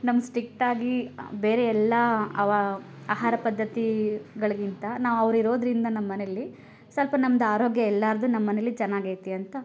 ನಮ್ಗ್ ಸ್ಟ್ರಿಕ್ಟಾಗಿ ಬೇರೆ ಎಲ್ಲ ಅವ ಆಹಾರ ಪದ್ಧತಿ ಗಳಿಗಿಂತ ನಾವು ಅವ್ರು ಇರೋದರಿಂದ ನಮ್ಮನೆಯಲ್ಲಿ ಸ್ವಲ್ಪ ನಮ್ದು ಆರೋಗ್ಯ ಎಲ್ಲಾರದ್ದು ನಮ್ಮನೆಯಲ್ಲಿ ಚೆನ್ನಾಗೈತೆ ಅಂತ